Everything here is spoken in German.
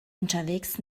unterwegs